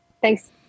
Thanks